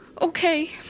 Okay